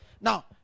Now